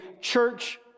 church